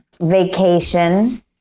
vacation